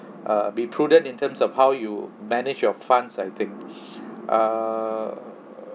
uh be prudent in terms of how you manage your funds I think err